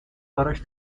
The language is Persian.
براش